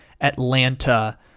Atlanta